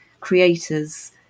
creators